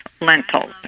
lentils